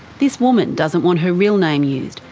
this woman doesn't want her real name used,